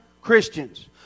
Christians